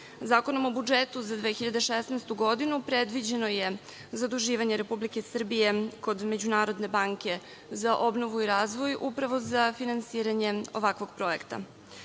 Zakonom o budžetu za 2016. godinu predviđeno je zaduživanje Republike Srbije kod Međunarodne banke za obnovu i razvoj, upravo za finansiranje ovakvog projekta.